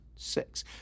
Six